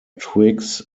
twigs